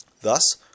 Thus